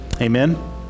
Amen